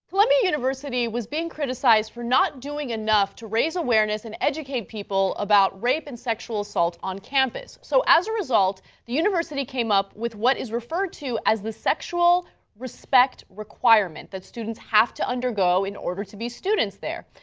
columbia university was being criticized for not doing enough to raise awareness and educate people about rape and sexual assault on campus, so as a result the university came up with what is referred to as the sexual respect requirements, that students have to undergo in order to be students there.